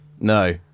No